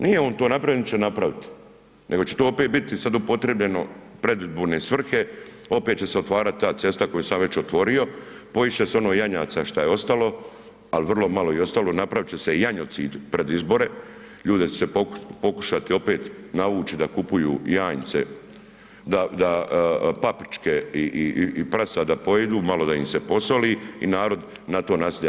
Nije on to napravio, niti će napravit, nego će to opet biti sad upotrebljeno u predizborne svrhe, opet će otvarati ta cesta koju sam već otvorio, poist će se ono janjaca šta je ostalo, ali vrlo je i ostalo, napravit će se janjocid pred izbore, ljude će se pokušati opet navući da kupuju janjce, da paprčke i prasad da pojedu, malo da im se posoli i narod na to nasjeda.